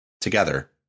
together